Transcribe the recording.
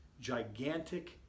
gigantic